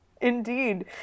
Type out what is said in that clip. Indeed